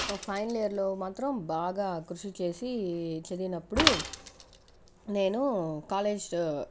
final ఇయర్లో మాత్రం బాగా కృషి చేసి చదివినప్పుడు నేను కాలేజ్